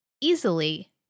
easily